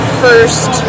first